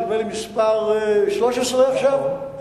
נדמה לי מספר 13 עכשיו?